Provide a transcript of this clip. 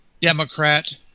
Democrat